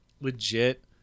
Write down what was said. legit